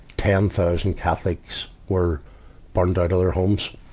ten thousand catholics were burned out of their homes,